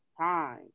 time